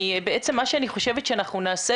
אני חושבת שמה שנעשה,